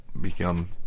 become